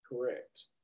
correct